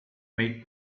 meet